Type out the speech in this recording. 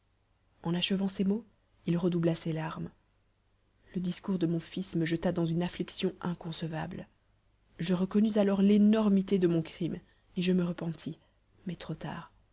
en achevant ces mots il redoubla ses larmes le discours de mon fils me jeta dans une affliction inconcevable je reconnus alors l'énormité de mon crime et je me repentis mais trop tard